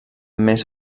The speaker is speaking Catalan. més